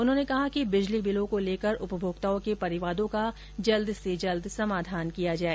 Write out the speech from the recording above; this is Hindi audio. उन्होंने कहा कि बिजली बिलों को लेकर उपभोक्ताओं के परिवादों का जल्द से जल्द समाधान किया जाए